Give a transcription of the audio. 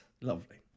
Lovely